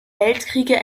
weltkriege